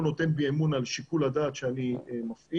נותן בי אמון על שיקול הדעת שאני מפעיל,